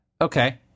Okay